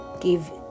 give